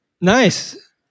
Nice